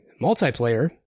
multiplayer